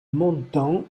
montant